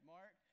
Mark